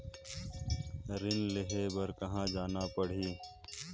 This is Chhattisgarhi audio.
ऋण लेहे बार कहा जाना पड़ही?